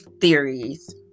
theories